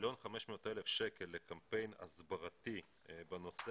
1,500,000 שקל לקמפיין הסברתי בנושא